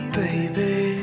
baby